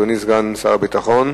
אדוני סגן שר הביטחון,